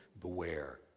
Beware